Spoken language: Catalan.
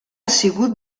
sigut